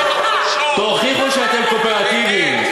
תוכיחו שאתם קואופרטיביים.